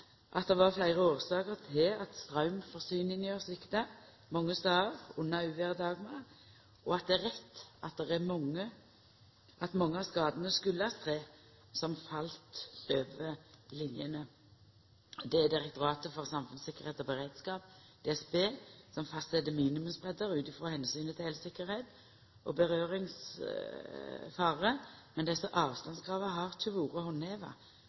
at det var fleire årsaker til at straumforsyninga svikta mange stader under uvêret «Dagmar», og at det er rett at mange av skadene kjem av tre som fall over linjene. Det er Direktoratet for samfunnssikkerhet og beredskap, DSB, som fastset minimumsbreidder ut frå omsynet til eltryggleik og berøringsfare, men desse avstandskrava har ikkje vore